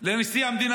לנשיא המדינה.